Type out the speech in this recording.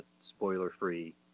spoiler-free